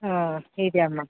ಹ್ಞೂ ಇದೆ ಅಮ್ಮ